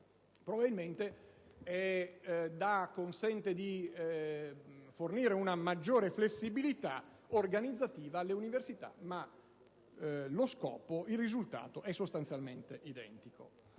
noi adottata consente di fornire una maggiore flessibilità organizzativa alle università, ma il risultato è sostanzialmente identico.